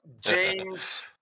James